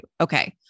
Okay